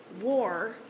war